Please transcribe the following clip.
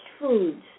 foods